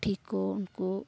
ᱯᱩᱴᱷᱤ ᱠᱚ ᱩᱱᱠᱩ